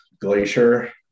glacier